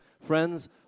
Friends